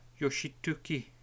Yoshituki